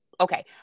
okay